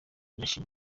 ndashima